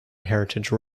heritage